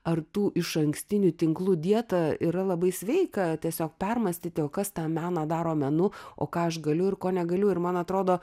ar tų išankstinių tinklų dietą yra labai sveika tiesiog permąstyti o kas tą meną daro menu o ką aš galiu ir ko negaliu ir man atrodo